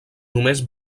només